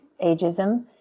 ageism